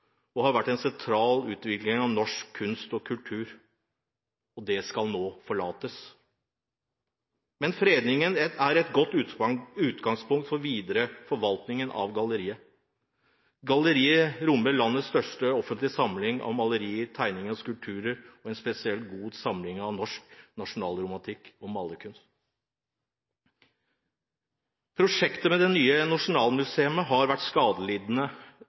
og har vært sentral i utviklingen av norsk kunst og kultur. Dette skal nå forlates. Fredningen er et godt utgangspunkt for den videre forvaltningen av galleriet. Galleriet rommer landets største offentlige samling av malerier, tegninger og skulpturer og en spesielt god samling av norsk nasjonalromantisk malerkunst. Prosjektet ved det nye Nasjonalmuseet har vært skadelidende